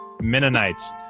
Mennonites